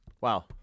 Wow